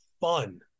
fun